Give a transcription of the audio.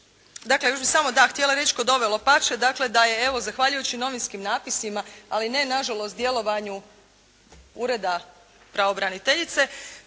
dakle još bih samo, da htjela reći kod ove “Lopač“-e, dakle da je evo zahvaljujući novinskim napisima ali ne na žalost djelovanju Ureda pravobraniteljice